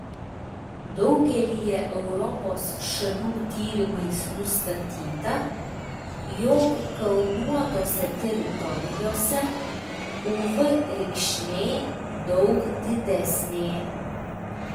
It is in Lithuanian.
daugelyje europos šalių tyrimais nustatyta jog kalnuotose teritorijose uv reikšmė daug didesnė